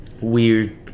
Weird